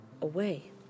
away